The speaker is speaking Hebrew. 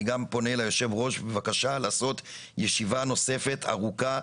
אני גם פונה ליושב-ראש בבקשה לעשות ישיבה נוספת וארוכה,